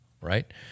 right